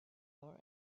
our